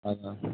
ஆஹான்